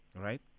right